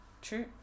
true